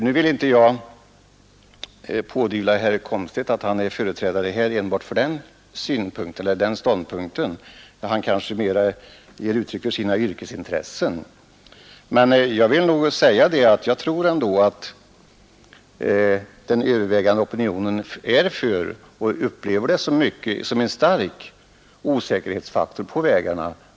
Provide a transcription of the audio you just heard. Nu vill jag naturligtvis inte pådyvla herr Komstedt att han skulle vara företrädare enbart för den ståndpunkten — han kanske snarare ger uttryck för sina yrkesintressen — men jag tror ändå att den övervägande opinionen upplever de långa bilarna såsom en stark osäkerhetsfaktor på vägarna.